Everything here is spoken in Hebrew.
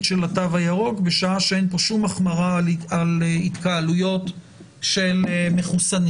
של התו הירוק בשעה שאין כאן כל החמרה על התקהלויות של מחוסנים.